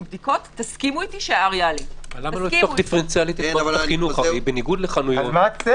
בדיקות תסכימו איתי שיעלה R. בניגוד לחנויות,